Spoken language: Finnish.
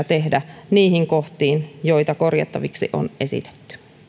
tehdä niihin kohtiin joita korjattaviksi on esitetty